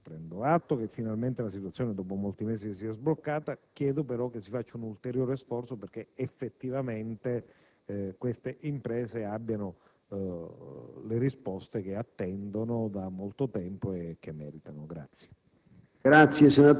prendo atto che finalmente la situazione dopo molti mesi si è sbloccata, però chiedo che si faccia un ulteriore sforzo affinché effettivamente queste imprese ricevano le risposte che attendono da molto tempo e che meritano.